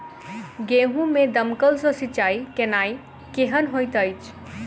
गेंहूँ मे दमकल सँ सिंचाई केनाइ केहन होइत अछि?